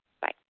Bye